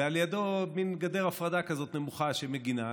ולידו גדר הפרדה נמוכה שמגינה עליו,